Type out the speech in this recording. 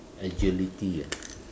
agility ah